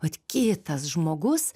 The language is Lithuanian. vat kitas žmogus